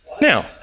Now